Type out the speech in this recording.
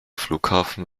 flughafen